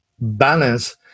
balance